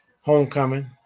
homecoming